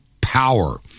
power